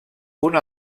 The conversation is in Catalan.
una